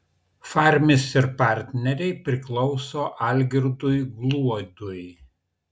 farmis ir partneriai priklauso algirdui gluodui